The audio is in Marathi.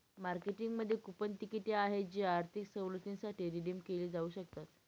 मार्केटिंगमध्ये कूपन तिकिटे आहेत जी आर्थिक सवलतींसाठी रिडीम केली जाऊ शकतात